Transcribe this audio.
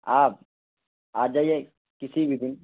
آپ آ جائیے کسی بھی دن